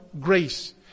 grace